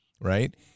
right